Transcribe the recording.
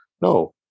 no